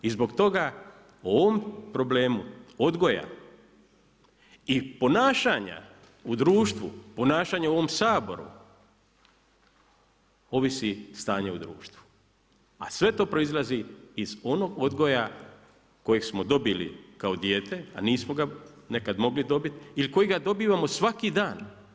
I zbog toga o ovom problemu odgoja i ponašanja u društvu, ponašanja u ovom Saboru ovisi stanje u društvu, a sve to proizlazi iz onog odgoja kojeg smo dobili kao dijete a nismo ga nekad mogli dobit ili kojega dobivamo svaki dan.